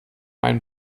einen